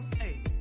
Hey